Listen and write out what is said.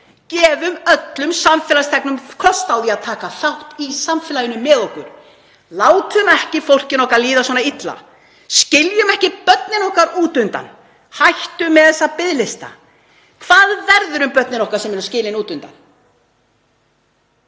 gefum öllum samfélagsþegnum kost á því að taka þátt í samfélaginu með okkur. Látum ekki fólkinu okkar líða svona illa, skiljum ekki börnin okkar út undan, hættum með þessa biðlista. Hvað verður um börnin okkar sem eru skilin út undan?